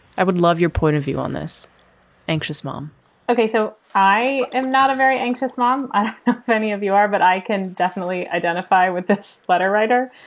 i would love your point of view on this anxious mom ok, so i am not a very anxious mom. any of you are. but i can definitely identify with this letter writer.